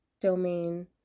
domain